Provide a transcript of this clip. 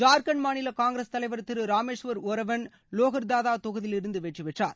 ஜார்க்கண்ட் மாநில காங்கிரஸ் தலைவர் திரு ராமேஷ்வர் ஓராவன் லோகர்தாதா தொகுதியிலிருந்து வெற்றி பெற்றார்